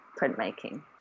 printmaking